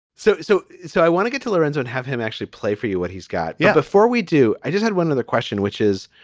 so so so i want to get to larenz and have him actually play for you what he's got. yeah, before we do, i just had one other question, which is.